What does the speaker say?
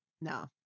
No